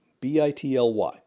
B-I-T-L-Y